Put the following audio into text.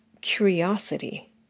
curiosity